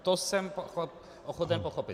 To jsem ochoten pochopit.